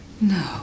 No